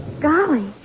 Golly